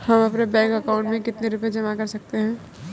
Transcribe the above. हम अपने bank account में कितने रुपये जमा कर सकते हैं?